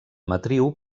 matriu